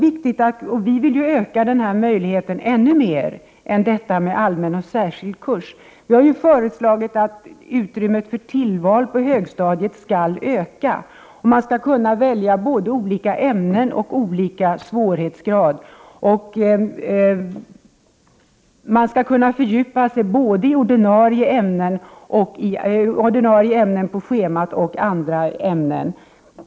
Vi vill öka denna möjlighet ännu mer än till att avse bara allmän och särskild kurs. Vi har föreslagit att utrymmet för tillval på högstadiet skall öka. Man skall kunna välja både olika ämnen och olika svårighetsgrad. Man skall kunna fördjupa sig i både ordinarie ämnen på schemat och andra ämnen.